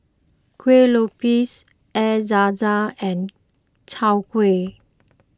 Kueh Lopes Air Zam Zam and Chai Kueh